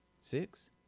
Six